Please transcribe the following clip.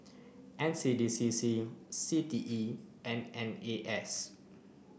N C D C C C T E and N A S